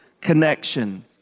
connection